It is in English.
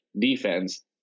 defense